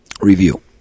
review